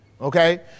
Okay